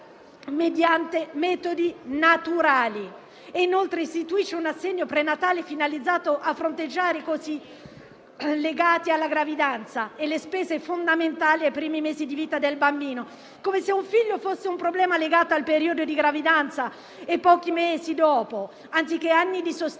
mediante metodi naturali e inoltre istituisce un assegno prenatale finalizzato a fronteggiare i costi legati alla gravidanza e le spese fondamentali nei primi mesi di vita del bambino, come se un figlio fosse un problema legato al periodo di gravidanza e a pochi mesi dopo, anziché ad anni di sostegno